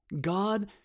God